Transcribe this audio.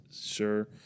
sure